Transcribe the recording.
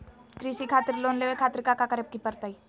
कृषि खातिर लोन लेवे खातिर काका करे की परतई?